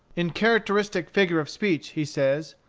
in characteristic figure of speech he says,